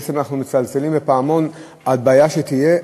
בעצם אנחנו מצלצלים בפעמון על בעיה שתהיה,